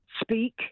speak